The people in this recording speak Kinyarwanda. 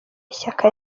shyaka